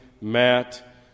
Matt